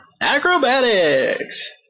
acrobatics